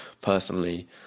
personally